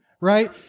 right